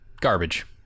garbage